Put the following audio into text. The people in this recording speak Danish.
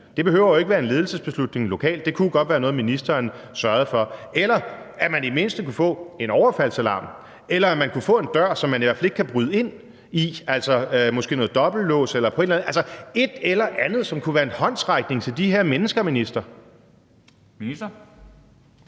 det behøver jo ikke at være en ledelsesbeslutning lokalt; det kunne godt være noget, ministeren sørgede for – eller at de i det mindste kunne få en overfaldsalarm, eller at de kunne få en dør, som i hvert fald ikke kan blive brudt op, måske med en dobbeltlås eller noget, altså et eller andet, som kunne være en håndsrækning til de her mennesker, minister? Kl.